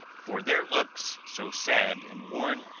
for their looks, so sad and worn,